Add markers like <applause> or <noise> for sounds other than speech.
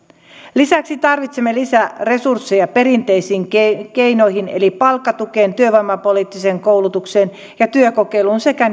lisäksi tarvitsemme lisäresursseja perinteisiin keinoihin eli palkkatukeen työvoimapoliittiseen koulutukseen ja työkokeiluun sekä <unintelligible>